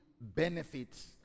benefits